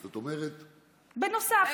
זאת אומרת בנוסף?